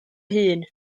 hun